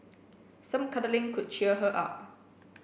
some cuddling could cheer her up